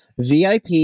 VIP